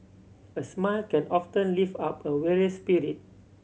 a smile can often lift up a weary spirit